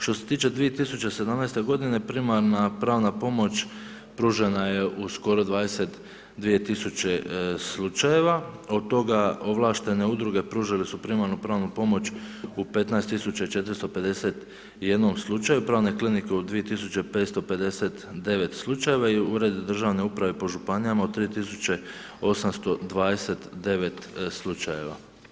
Što se tiče 2017. g. primarna pravna pomoć pružena je u skoro 22 000 slučajeva, od toga ovlaštene udruge pružile su primarnu pravnu pomoć u 15 451 slučaju, pravne klinike u 2559 slučajeva i ured državne uprave po županijama u 3829 slučajeva.